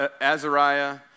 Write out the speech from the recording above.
Azariah